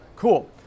Cool